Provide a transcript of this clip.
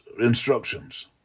instructions